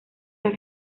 las